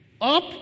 Up